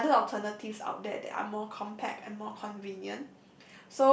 other alternatives out there that are more compact and more convenient